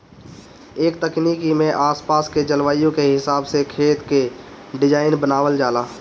ए तकनीक में आस पास के जलवायु के हिसाब से खेत के डिज़ाइन बनावल जाला